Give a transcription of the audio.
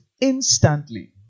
instantly